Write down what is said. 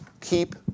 keep